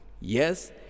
Yes